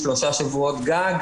שלושה שבועות גג,